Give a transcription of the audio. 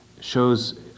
shows